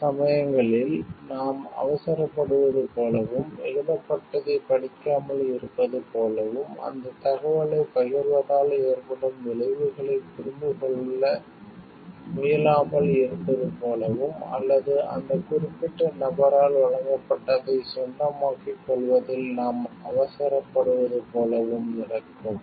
சில சமயங்களில் நாம் அவசரப்படுவது போலவும் எழுதப்பட்டதைப் படிக்காமல் இருப்பது போலவும் அந்தத் தகவலைப் பகிர்வதால் ஏற்படும் விளைவுகளைப் புரிந்துகொள்ள முயலாமல் இருப்பது போலவும் அல்லது அந்த குறிப்பிட்ட நபரால் வழங்கப்பட்டதைச் சொந்தமாக்கிக் கொள்வதில் நாம் அவசரப்படுவது போலவும் நடக்கும்